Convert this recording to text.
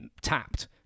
tapped